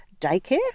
daycare